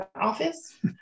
office